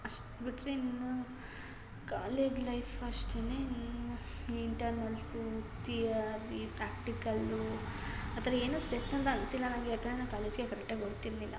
ಅಷ್ಟು ಬಿಟ್ಟರೆ ಇನ್ನು ಕಾಲೇಜ್ ಲೈಫ್ ಅಷ್ಟೇ ಇನ್ನು ಇಂಟರ್ನಲ್ಸು ತಿಯರಿ ಪ್ರ್ಯಾಕ್ಟಿಕಲ್ಲು ಆ ಥರ ಏನೂ ಸ್ಟ್ರೆಸ್ ಅಂತ ಅನಿಸಿಲ್ಲ ನನಗೆ ಯಾಕಂದರೆ ನಾ ಕಾಲೇಜ್ಗೇ ಕರೆಕ್ಟಾಗಿ ಹೋಗ್ತಿರ್ಲಿಲ್ಲ